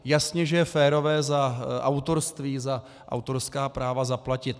Jasně že je férové za autorství, za autorská práva zaplatit.